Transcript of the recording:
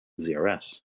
ZRS